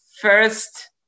first